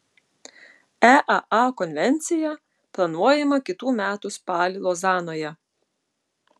eaa konvencija planuojama kitų metų spalį lozanoje